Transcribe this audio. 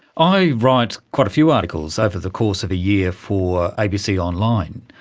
i write quite a few articles over the course of a year for abc online,